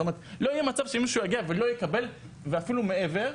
לא יהיה מצב שמישהו יגיע ולא יקבל ואפילו מעבר,